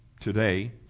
today